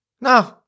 No